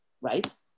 right